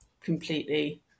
completely